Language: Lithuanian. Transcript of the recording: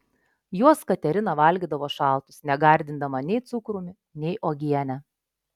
juos katerina valgydavo šaltus negardindama nei cukrumi nei uogiene